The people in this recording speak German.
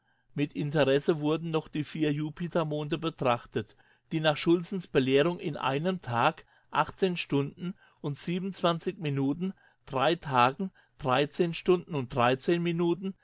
mit interesse wurden noch die vier jupitermonde betrachtet die nach schultzes belehrung in einem tag stunden und minuten tagen stunden und minuten